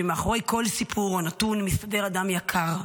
מאחורי כל סיפור או נתון מסתתר אדם יקר,